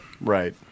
Right